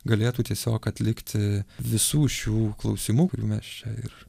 galėtų tiesiog atlikti visų šių klausimų kurių mes čia ir